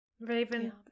Raven